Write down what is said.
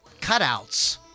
cutouts